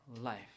life